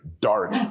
dark